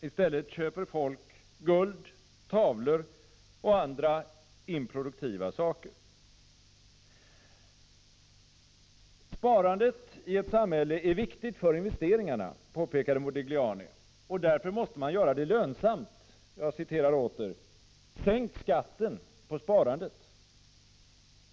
I stället köper folk guld, tavlor och andra improduktiva saker.” Sparandet i ett samhälle är viktigt för investeringarna, påpekade Modigliani. Därför måste man göra det lönsamt. Han sade: ”Sänk skatten på sparandet.